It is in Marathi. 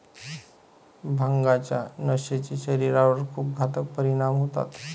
भांगाच्या नशेचे शरीरावर खूप घातक परिणाम होतात